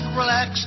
relax